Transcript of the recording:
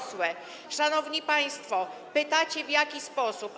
Szanowni państwo, pytacie, w jaki sposób.